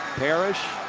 parrish.